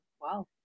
Wow